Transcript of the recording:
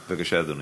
בבקשה, אדוני.